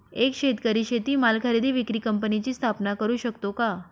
एक शेतकरी शेतीमाल खरेदी विक्री कंपनीची स्थापना करु शकतो का?